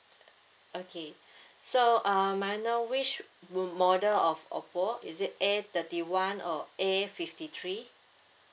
okay so uh may I know which m~ model of oppo is it A thirty one or A fifty three